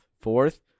fourth